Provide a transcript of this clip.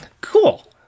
Cool